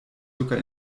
sogar